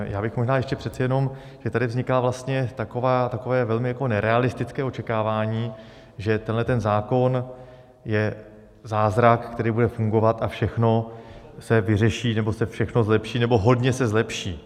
Já bych možná ještě přece jenom, že tady vzniká vlastně takové velmi jako nerealistické očekávání, že tenhle zákon je zázrak, který bude fungovat a všechno se vyřeší nebo se všechno zlepší nebo hodně se zlepší.